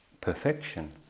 perfection